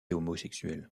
homosexuel